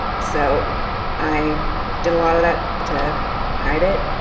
so i did a lot of that to hide it,